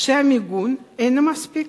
שהמיגון אינו מספיק.